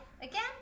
Again